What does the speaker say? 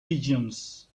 pigeons